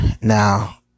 now